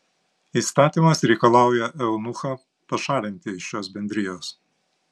įstatymas reikalauja eunuchą pašalinti iš šios bendrijos